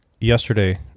yesterday